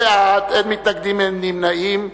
תשעה בעד, אין מתנגדים, אין נמנעים.